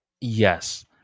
Yes